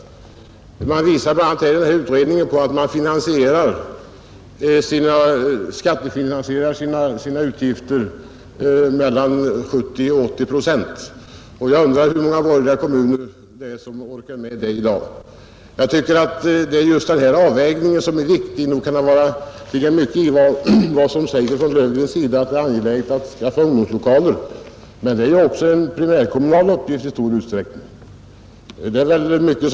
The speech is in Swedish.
Utredningen visar bl.a. att församlingarna skattefinansierar sina utgifter till mellan 70 och 80 procent. Jag undrar hur många borgerliga kommuner som orkar med det i dag. Jag tycker att det är just denna avvägning som är viktig. Visst kan det, som herr Löfgren säger, vara mycket angeläget att skaffa ungdomslokaler, men det är ju också i stor utsträckning en primärkommunal uppgift. De borgerliga kommunerna satsar mycket på detta.